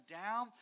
down